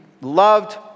loved